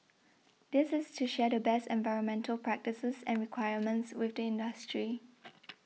this is to share the best environmental practices and requirements with the industry